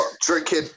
drinking